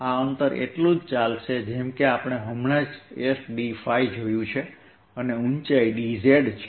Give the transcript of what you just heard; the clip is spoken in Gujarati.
આ અંતર એટલું જ ચાલશે જેમકે આપણે હમણાં જs dϕ જોયું છે અને ઉંચાઇ dz છે